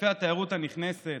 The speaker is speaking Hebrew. ענפי התיירות הנכנסת,